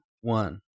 one